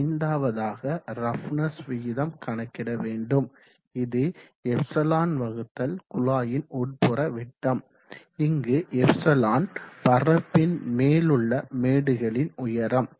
ஐந்தாவதாக ரஃப்னஸ் விகிதம் கணக்கிட வேண்டும் இது ε வகுத்தல் குழாயின் உட்புற விட்டம் இங்கு ε பரப்பின் மேல் உள்ள மேடுகளின் உயரம்